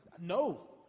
no